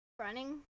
running